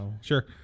sure